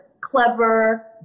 clever